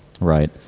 Right